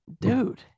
dude